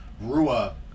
Rua